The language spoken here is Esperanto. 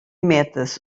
metas